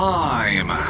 time